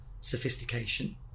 sophistication